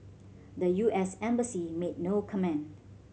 the U S embassy made no comment